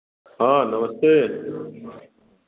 हाँ नमस्ते